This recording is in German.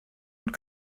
und